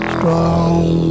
Strong